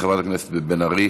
חברת הכנסת בן ארי,